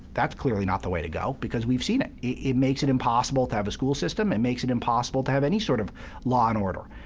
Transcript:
that's clearly not the way to go, because we've seen it. it makes it impossible to have a school system. it makes it impossible to have any sort of law and order.